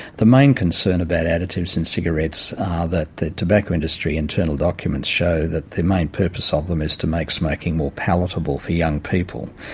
the main concern about additives in cigarettes are that the tobacco industry internal documents show that the main purpose of them is to make smoking more palatable for young people.